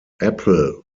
apple